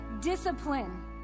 discipline